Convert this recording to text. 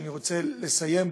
שאני רוצה לסיים בו,